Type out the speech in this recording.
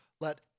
Let